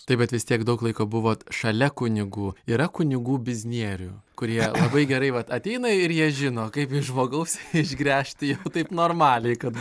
tai vat vis tiek daug laiko buvot šalia kunigų yra kunigų biznierių kurie labai gerai vat ateina ir jie žino kaip iš žmogaus išgręžti jau taip normaliai kad